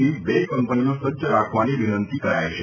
ની બે કંપનીઓ સજજ રાખવાની વિનંતી કરાઇ છે